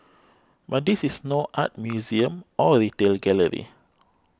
but this is no art museum or retail gallery